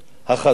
החזקה,